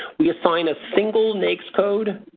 we assign a single naics code,